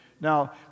Now